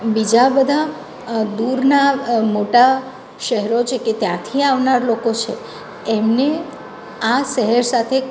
બીજા બધા દૂરના મોટા શહેરો છે કે ત્યાંથી આવનારા લોકો છે એમને આ શહેર સાથે